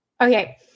Okay